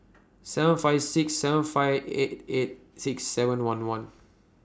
seven five six seven five eight eight six seven one one